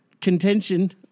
contention